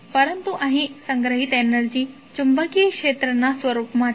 પરંતુ અહીં સંગ્રહિત એનર્જી ચુંબકીય ક્ષેત્રના સ્વરૂપમાં છે